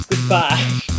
Goodbye